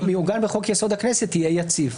שיעוגן בחוק-יסוד: הכנסת יהיה יציב.